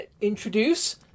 introduce